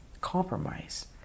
compromise